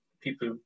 people